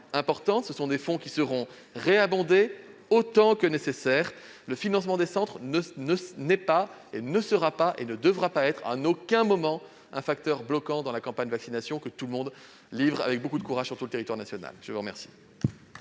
importante. Ils seront réabondés autant que nécessaire. Le financement des centres n'est pas, ne sera pas et ne devra pas être, à aucun moment, un facteur bloquant dans la campagne de vaccination, à laquelle tout le monde oeuvre avec beaucoup de courage sur tout le territoire national. La parole